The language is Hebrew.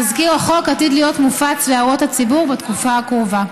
תזכיר החוק עתיד להיות מופץ להערות הציבור בתקופה הקרובה.